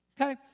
Okay